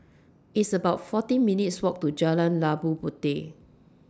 It's about fourteen minutes' Walk to Jalan Labu Puteh